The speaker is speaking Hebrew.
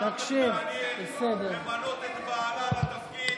את זנדברג מעניין למנות את בעלה לתפקיד,